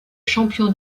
champion